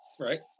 right